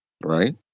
right